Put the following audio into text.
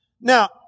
Now